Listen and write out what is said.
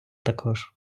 також